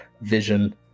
vision